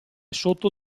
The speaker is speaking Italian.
sotto